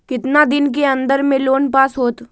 कितना दिन के अन्दर में लोन पास होत?